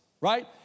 right